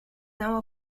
now